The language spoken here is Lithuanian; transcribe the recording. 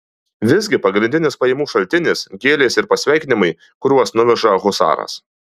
visgi pagrindinis pajamų šaltinis gėlės ir pasveikinimai kuriuos nuveža husaras